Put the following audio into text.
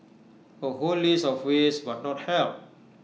A whole list of ways but not help